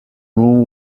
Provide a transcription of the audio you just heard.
moon